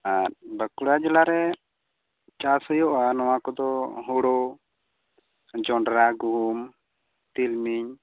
ᱮᱫ ᱵᱟᱹᱠᱩᱲᱟ ᱡᱮᱞᱟᱨᱮ ᱪᱟᱥ ᱦᱳᱭᱳᱜᱼᱟ ᱱᱚᱶᱟ ᱠᱚᱫᱚ ᱦᱳᱲᱳ ᱡᱚᱸᱰᱽᱨᱟ ᱜᱩᱦᱩᱢ ᱛᱤᱞᱢᱤᱧ